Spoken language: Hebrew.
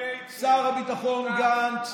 שר הביטחון גנץ,